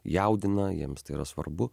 jaudina jiems tai yra svarbu